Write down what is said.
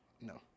No